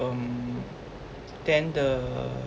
um then the